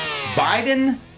Biden